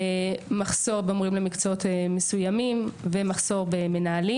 מחסור במורים למקצועות מסוימים ומחסור במנהלים.